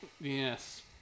Yes